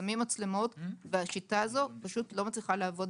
שמים מצלמות והשיטה הזו פשוט לא מצליחה לעבוד.